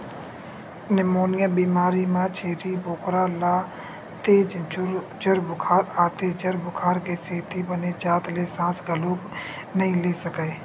pneumonia बेमारी म छेरी बोकरा ल तेज जर बुखार आथे, जर बुखार के सेती बने जात ले सांस घलोक नइ ले सकय